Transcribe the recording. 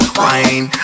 wine